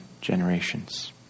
generations